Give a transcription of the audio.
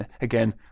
Again